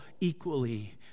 equally